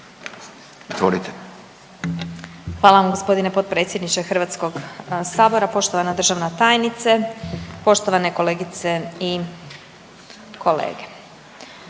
(SDP)** Hvala vam gospodine potpredsjedniče Hrvatskoga sabora, poštovana državna tajnice, poštovane kolegice i kolege.